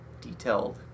detailed